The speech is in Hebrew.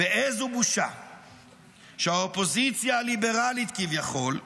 איזו בושה שהאופוזיציה הליברלית כביכול,